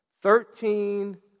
Thirteen